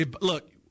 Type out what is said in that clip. Look